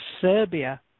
Serbia